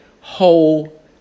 whole